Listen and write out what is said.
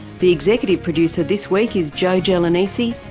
the executive producer this week is joe joe gelonesi,